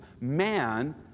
man